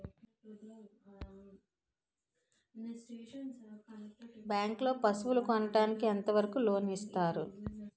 Bank లో పశువుల కొనడానికి ఎంత వరకు లోన్ లు ఇస్తారు?